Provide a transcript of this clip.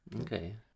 Okay